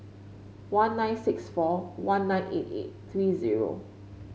one nine six four one nine eight eight three zero